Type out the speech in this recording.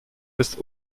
bis